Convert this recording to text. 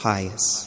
Pious